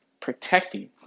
protecting